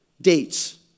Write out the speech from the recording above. dates